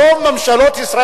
אתם חברים ברוב ממשלות ישראל,